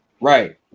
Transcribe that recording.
Right